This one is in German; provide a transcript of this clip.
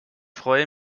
freue